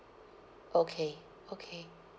okay okay